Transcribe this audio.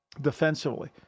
Defensively